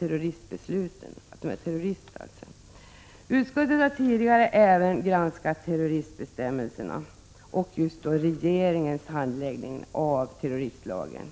i terroristärenden. Utskottet har tidigare även granskat terroristbestämmelserna och regeringens handläggning enligt terroristlagen.